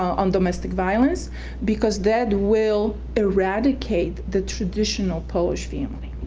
on domestic violence because that will eradicate the traditional polish family.